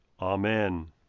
Amen